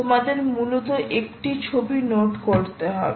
তোমাদের মূলত একটি ছবি নোট করতে হবে